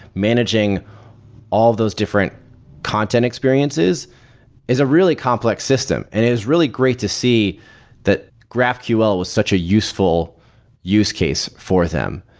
managing all of those different content experiences is a really complex system and it's really great to see that graphql was such a useful use case for them.